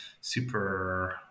super